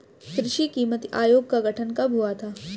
कृषि कीमत आयोग का गठन कब हुआ था?